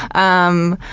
um,